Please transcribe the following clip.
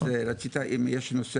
יש דברים